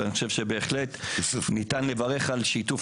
ואני חושב שבהחלט ניתן לברך על שיתוף